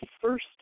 first